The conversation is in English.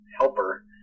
helper